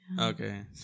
Okay